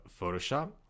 Photoshop